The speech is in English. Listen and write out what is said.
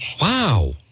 Wow